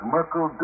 Merkel